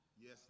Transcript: Yes